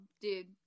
dude